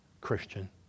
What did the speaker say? Christian